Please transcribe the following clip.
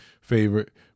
favorite